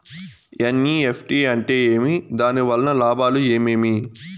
NEFT అంటే ఏమి? దాని వలన లాభాలు ఏమేమి